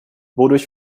wodurch